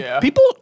people